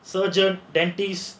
surgeon dentist